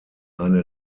eine